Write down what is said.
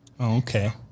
okay